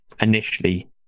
initially